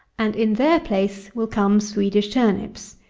and in their place will come swedish turnips,